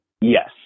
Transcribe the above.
Yes